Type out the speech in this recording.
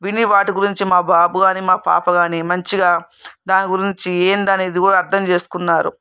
విని వాటి గురించి మా బాబు కాని పాప కాని మంచిగా దాని గురించి ఏంటి అనేది కూడా అర్థం చేసుకున్నారు